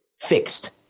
fixed